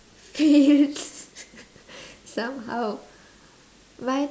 somehow like